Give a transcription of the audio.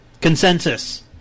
Consensus